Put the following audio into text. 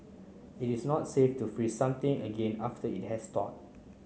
it is not safe to freeze something again after it has thawed